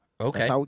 Okay